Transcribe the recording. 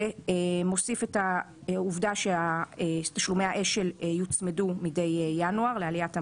ומוסיף את העובדה שתשלומי האש"ל יוצמדו מדי ינואר לעליית המדד.